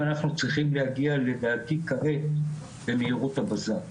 אנחנו צריכים להגיע לדעתי כרגע במהירות הבזק.